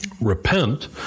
Repent